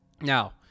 now